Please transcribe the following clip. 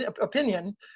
opinion